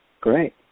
great